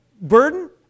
burden